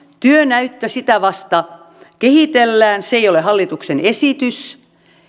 työnäyttöä vasta kehitellään se ei ole hallituksen esitys